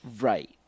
Right